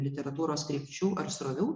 literatūros krypčių ar srovių